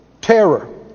terror